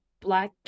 black